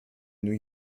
new